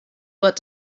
but